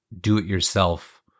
do-it-yourself